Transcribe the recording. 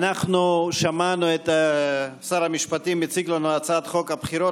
אנחנו שמענו את שר המשפטים מציג לנו את הצעת חוק הבחירות